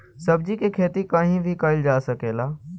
सब्जी के खेती कहीं भी कईल जा सकेला